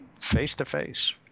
face-to-face